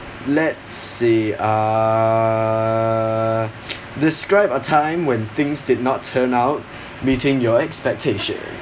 let's see err describe a time when things did not turn out meeting your expectations